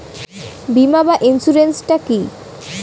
বিমা বা ইন্সুরেন্স টা কি?